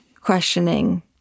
questioning